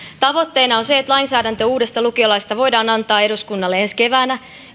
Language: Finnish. tavoitteena on se että lainsäädäntö uudesta lukiolaista voidaan antaa eduskunnalle ensi keväänä